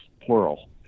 plural